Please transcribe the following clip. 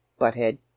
Butthead